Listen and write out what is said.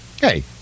Hey